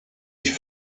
ich